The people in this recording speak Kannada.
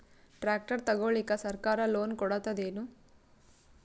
ಟ್ರ್ಯಾಕ್ಟರ್ ತಗೊಳಿಕ ಸರ್ಕಾರ ಲೋನ್ ಕೊಡತದೇನು?